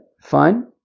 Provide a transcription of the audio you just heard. fine